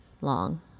long